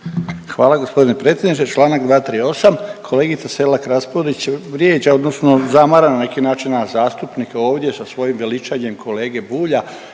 Hvala gospodine predsjedniče. Članka 238., kolegica Selak Raspudić vrijeđa odnosno zamara na neki način nas zastupnike ovdje sa svojim veličanjem kolege Bulja.